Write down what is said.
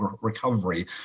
recovery